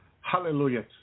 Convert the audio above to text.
Hallelujah